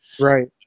Right